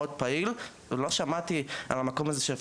פעיל, ולא שמעתי על המקום הזה.